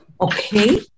Okay